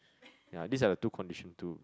yea these are the two condition to